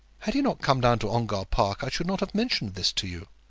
had he not come down to ongar park, i should not have mentioned this to you.